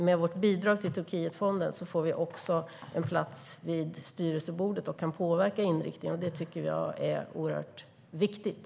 Med vårt bidrag till Turkietfonden får vi också en plats vid styrelsebordet och kan påverka inriktningen. Det är oerhört viktigt.